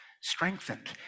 strengthened